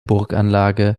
burganlage